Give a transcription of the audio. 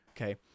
Okay